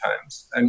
times